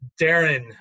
Darren